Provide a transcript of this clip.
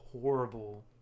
horrible